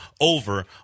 over